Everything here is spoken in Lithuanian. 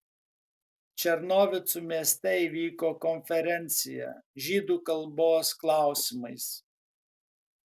černovicų mieste įvyko konferencija žydų kalbos klausimais